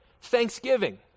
thanksgiving